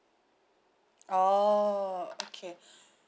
oh okay